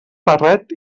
barret